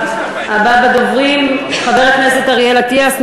הבא בדוברים, חבר הכנסת אריאל אטיאס.